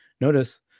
Notice